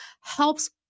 helps